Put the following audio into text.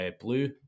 blue